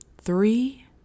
Three